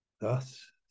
thus